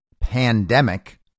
pandemic